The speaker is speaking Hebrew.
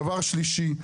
דבר שלישי,